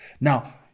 Now